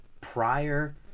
prior